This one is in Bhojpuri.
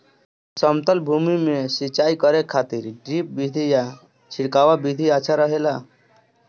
समतल भूमि में सिंचाई करे खातिर ड्रिप विधि या छिड़काव विधि अच्छा रहेला?